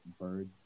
birds